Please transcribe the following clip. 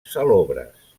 salobres